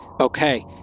Okay